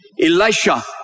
Elisha